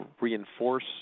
reinforce